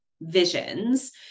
visions